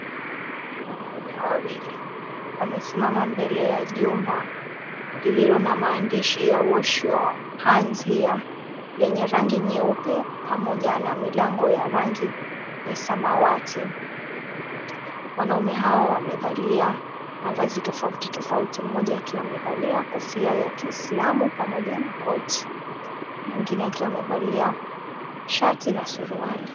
Wanaume wawili wamesimama mbele ya jumba lililo na maandishi ya, Wash your Hands Here, lenye rangi nyeupe pamoja na milango ya rangi ya samawati. Wanaume hawa wamevalia mavazi tofauti tofauti, mmoja akiwa amevalia kofia ya kiislamu pamoja na koti, mwingine akiwa amevalia shati na suruali.